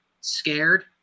scared